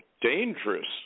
dangerous